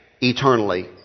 eternally